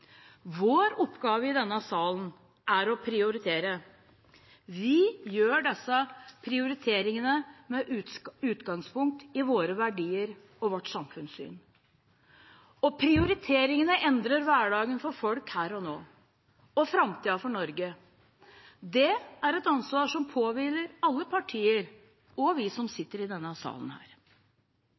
Vår oppgave i denne salen er å prioritere. Vi gjør disse prioriteringene med utgangspunkt i våre verdier og vårt samfunnssyn. Prioriteringene endrer hverdagen for folk her og nå, og framtiden for Norge. Det er et ansvar som påhviler alle partier og oss som sitter i denne salen.